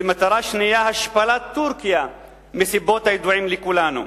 ומטרה שנייה, השפלת טורקיה מסיבות הידועות לכולנו.